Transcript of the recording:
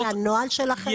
זה חלק מהנוהל שלכם?